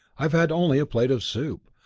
i've had only a plate of soup,